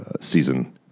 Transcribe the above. season